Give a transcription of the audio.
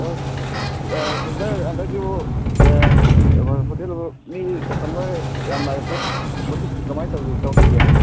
ꯑꯣ ꯍꯦꯡꯒꯔ ꯍꯟꯗꯛꯁꯤꯕꯨ ꯍꯣꯇꯦꯜꯕꯨ ꯃꯤ ꯀꯁꯇꯃꯔ ꯌꯥꯝ ꯂꯥꯛꯑꯦ ꯄꯣꯠ ꯄꯣꯠꯁꯤꯠꯁꯦ ꯀꯃꯥꯏ ꯇꯧꯕꯤꯒꯦ